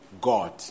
God